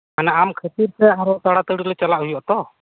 ᱢᱟᱱᱮ ᱟᱢ ᱠᱷᱟᱹᱛᱤᱨ ᱛᱮ ᱟᱨᱦᱚᱸ ᱛᱟᱲᱟᱛᱟᱹᱲᱤᱞᱮ ᱪᱟᱞᱟᱜ ᱦᱳᱭᱳᱜ ᱟᱛᱚ